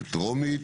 לטרומית